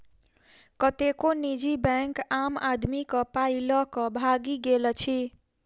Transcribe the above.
कतेको निजी बैंक आम आदमीक पाइ ल क भागि गेल अछि